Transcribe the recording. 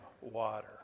water